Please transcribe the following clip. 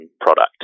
product